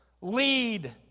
Lead